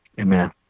Amen